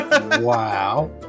Wow